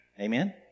Amen